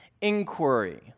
inquiry